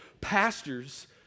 pastors